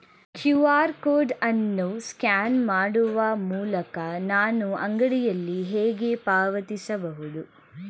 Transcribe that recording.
QR code ಅನ್ನು scan ಮಾಡುವ ಮೂಲಕ ನಾನು ಅಂಗಡಿಯಲ್ಲಿ ಹೇಗೆ ಪಾವತಿಸಬಹುದು?